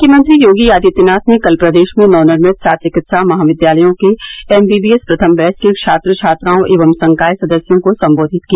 मुख्यमंत्री योगी आदित्यनाथ ने कल प्रदेश में नवनिर्मित सात चिकित्सा महाविद्यालयों के एमबीबीएस प्रथम बैच के छात्र छात्राओं एवं संकाय सदस्यों को संबोधित किया